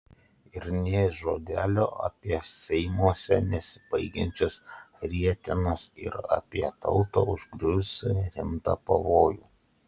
ir nė žodelio apie seimuose nesibaigiančias rietenas ir apie tautą užgriuvusį rimtą pavojų